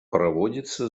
проводится